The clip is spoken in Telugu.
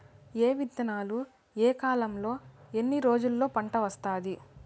ఏ విత్తనాలు ఏ కాలంలో ఎన్ని రోజుల్లో పంట వస్తాది?